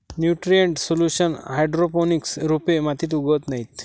nutrient solution hydroponics रोपे मातीत उगवत नाहीत